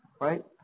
Right